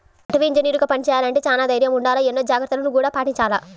అటవీ ఇంజనీరుగా పని చెయ్యాలంటే చానా దైర్నం ఉండాల, ఎన్నో జాగర్తలను గూడా పాటించాల